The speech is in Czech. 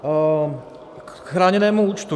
K chráněnému účtu.